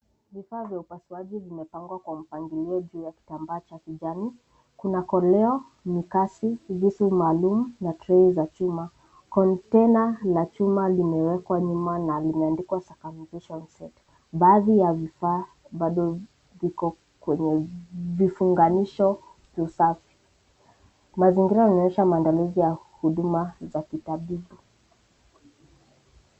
Vifaa vya upasuaji zimepangwa kwa mpangilio juu ya kitambaa cha kijani. Kuna koleo, mikasi, visu maalumu na trey za chuma. Container la chuma limewekwa nyuma na limeandikwa circumcision set . Baadhi ya vifaa bado viko kwenye vifunganisho usafi. Mazingira yanaonyesha maandalizi ya huduma za utafiti.